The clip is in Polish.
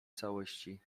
całości